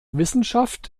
wissenschaft